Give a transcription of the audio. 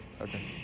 Okay